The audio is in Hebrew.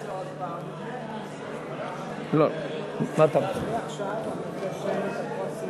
קבוצת סיעת מרצ וקבוצת סיעת רע"ם-תע"ל-מד"ע וחברות הכנסת